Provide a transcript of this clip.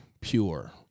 pure